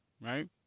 right